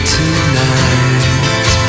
tonight